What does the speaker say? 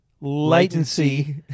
Latency